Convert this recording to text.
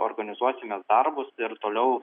organizuosimės darbus ir toliau